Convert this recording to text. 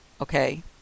Okay